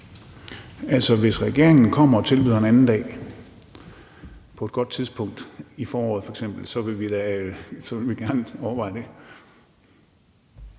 hvis regeringen kommer og tilbyder en anden dag på et godt tidspunkt, f.eks. i foråret, vil vi gerne overveje det.